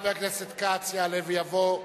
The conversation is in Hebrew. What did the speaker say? חבר הכנסת כץ יעלה ויבוא.